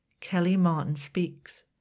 kellymartinspeaks